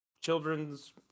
children's